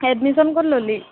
admission ক'ত ল'লি